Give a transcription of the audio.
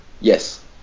yes